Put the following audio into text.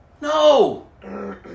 no